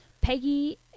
Peggy